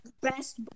best